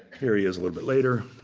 here he is a little bit later.